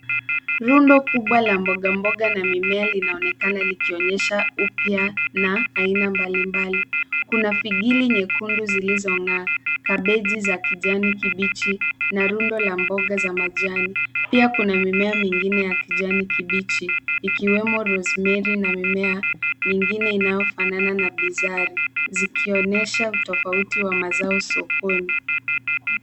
Rundo kubwa la mboga mboga na mimea linaonekana likionyesha upya na aina mbalimbali. Kuna figili nyekundu zilizong'aa. Kabeji kijani kibichi na rundo la mboga za majani. Pia kuna mimea mingine ya kijani kibichi ikiwemo rosemary na mimea mingine inayofanana na bizari zikionyesha utofauti wa mazao sokoni.